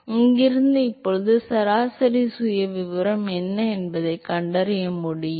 எனவே இங்கிருந்து இப்போது சராசரி சுயவிவரம் என்ன என்பதைக் கண்டறிய முடியும்